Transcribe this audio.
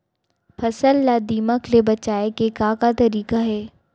फसल ला दीमक ले बचाये के का का तरीका हे?